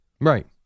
Right